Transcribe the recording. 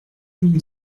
mille